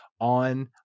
on